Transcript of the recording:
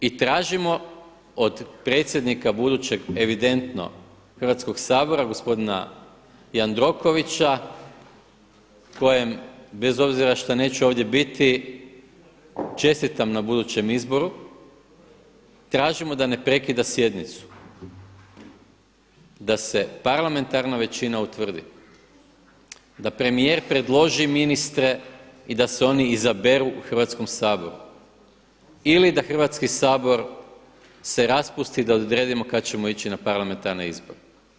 I tražimo od predsjednika budućeg, evidentno Hrvatskoga sabora, gospodina Jandrokovića kojem bez obzira šta neću ovdje biti čestitam na budućem izboru tražimo da ne prekida sjednicu, da se parlamentarna većina utvrdi da premijer predloži ministre i da se oni izaberu u Hrvatskom saboru ili da Hrvatski sabor se raspusti da odredimo kada ćemo ići na parlamentarne izbore.